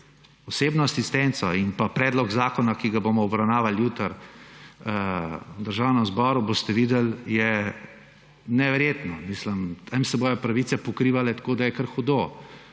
osebno asistenco in predlog zakona, ki ga bomo obravnavali jutri v Državnem zboru, boste videli, je neverjetno. Tam se bodo pravice pokrivale tako, da je kar hudo.